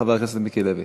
חבר הכנסת מיקי לוי.